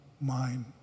mind